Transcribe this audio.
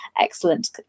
excellent